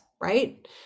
right